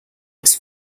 its